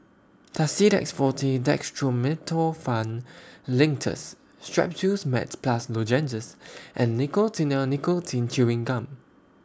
Tussidex Forte Dextromethorphan Linctus Strepsils Max Plus Lozenges and Nicotinell Nicotine Chewing Gum